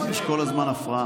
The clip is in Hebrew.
כי יש כל הזמן הפרעה.